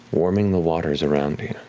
warming the waters around you.